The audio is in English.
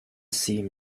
seam